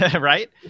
right